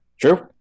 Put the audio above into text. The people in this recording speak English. true